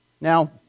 Now